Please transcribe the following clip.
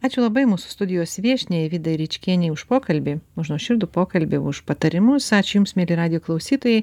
ačiū labai mūsų studijos viešniai vidai ričkienei už pokalbį už nuoširdų pokalbį už patarimus ačiū jums mieli radijo klausytojai